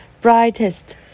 brightest